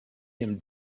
him